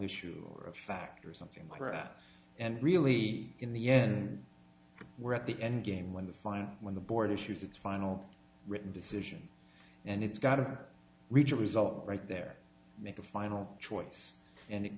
issue or a factor or something crass and really in the end we're at the end game when the final when the board issues its final written decision and it's got to reach a result right there make a final choice and it